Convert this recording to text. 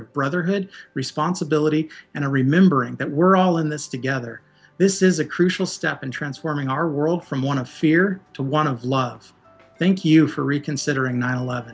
of brotherhood responsibility and remembering that we're all in this together this is a crucial step in transforming our world from one of fear to one of love thank you for reconsidering nine eleven